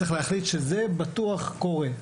צריך להחליט שזה בטוח קורה.